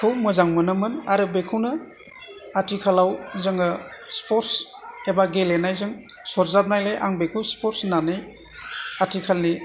खौ मोजां मोनोमोन आरो बेखौनो आथिखालाव जोङो स्पर्टस एबा गेलेनायजों सरजाबनायलाय आं बेखौ स्पर्टस होननानै आथिखालनि